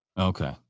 okay